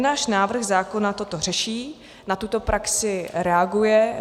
Náš návrh zákona toto řeší, na tuto praxi reaguje.